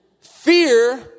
Fear